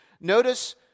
Notice